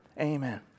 Amen